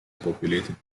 populated